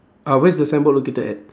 ah where's the signboard located at